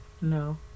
No